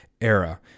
era